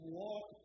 walk